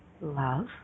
love